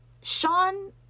Sean